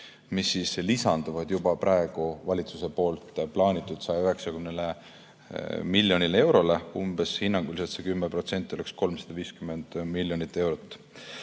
mis lisandub juba praegu valitsuse plaanitud 190 miljonile eurole, umbes, hinnanguliselt see 10% oleks 350 miljonit eurot.